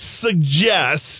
suggest